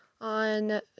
on